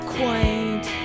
quaint